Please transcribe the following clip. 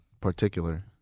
particular